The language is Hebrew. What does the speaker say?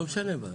לא משנה.